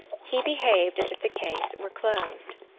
he behaved as if the case were closed.